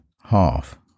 half